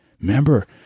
Remember